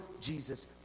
Jesus